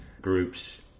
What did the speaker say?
groups